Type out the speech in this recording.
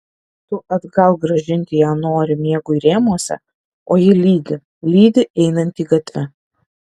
tu atgal grąžinti ją nori miegui rėmuose o ji lydi lydi einantį gatve